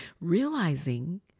Realizing